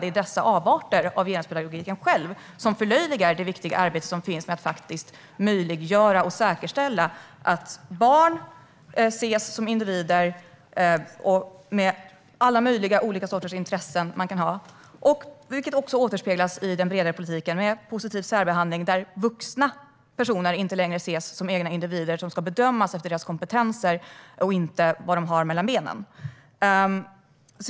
Det är dessa avarter av genuspedagogiken som förlöjligar det viktiga arbetet med att möjliggöra och säkerställa att barn ses som individer och med alla möjliga sorters intressen som de kan ha, vilket också återspeglas i den bredare politiken. Här sker en positiv särbehandling av vuxna personer, som inte längre ses som egna individer som ska bedömas utifrån sina kompetenser utan utifrån vad de har mellan benen.